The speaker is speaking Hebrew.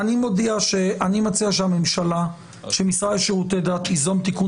אני מציע שהמשרד לשירותי דת ייזום תיקון